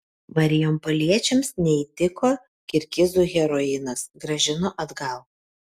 marijampoliečiams neįtiko kirgizų heroinas grąžino atgal